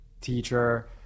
teacher